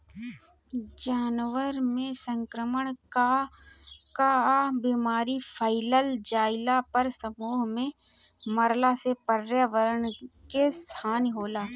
जानवरन में संक्रमण कअ बीमारी फइल जईला पर समूह में मरला से पर्यावरण के हानि होला